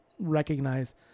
recognize